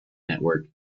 network